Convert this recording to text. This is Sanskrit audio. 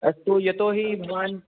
अस्तु यतोहि भवान्